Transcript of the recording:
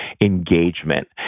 engagement